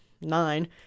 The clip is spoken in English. nine